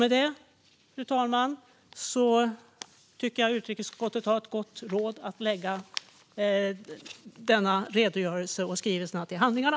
Med detta tycker jag att utrikesutskottet har ett gott råd - att lägga redogörelsen och skrivelsen till handlingarna.